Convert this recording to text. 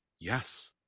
yes